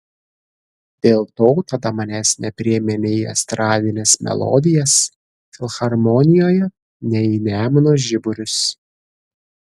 dėl to tada manęs nepriėmė nei į estradines melodijas filharmonijoje nei į nemuno žiburius